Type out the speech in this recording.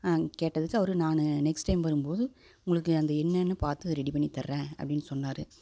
கேட்டதுக்கு நான் next time வரும்போது உங்களுக்கு அது என்னெனு பார்த்து ரெடி பண்ணி தரேன் அப்படினு சொன்னார்